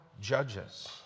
judges